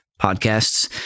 podcasts